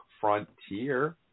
Frontier